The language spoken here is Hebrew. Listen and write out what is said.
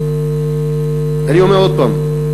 אני אומר עוד הפעם: